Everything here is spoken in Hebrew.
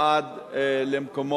או עד למקומות